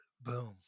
boom